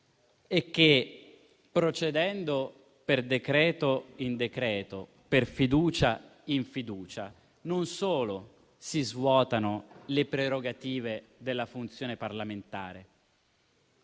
è che, procedendo di decreto in decreto e di fiducia in fiducia, non solo si svuotano le prerogative della funzione parlamentare,